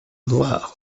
noir